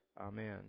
Amen